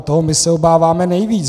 Toho my se obáváme nejvíc.